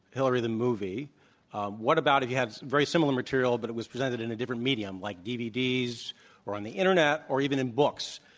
hillary the movie whatabout if you have very similar material but it was presented in a different medium, like dvds or on the internet or even in books?